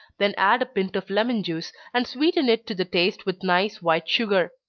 then add a pint of lemon-juice, and sweeten it to the taste with nice white sugar.